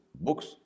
books